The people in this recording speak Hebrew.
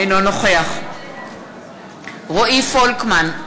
אינו נוכח רועי פולקמן,